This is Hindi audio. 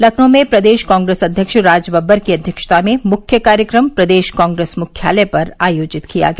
लखनऊ में प्रदेश कांग्रेस अध्यक्ष राजबब्बर की अध्यक्षता में मुख्य कार्यक्रम प्रदेश कांग्रेस मुख्यालय पर आयोजित किया गया